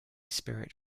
spirit